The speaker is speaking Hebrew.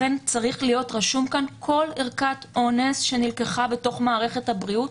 לכן צריך להיות רשום כאן: כל ערכת אונס שנלקחה בתוך מערכת הבריאות,